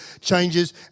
changes